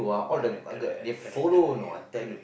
correct correct correct correct ya correct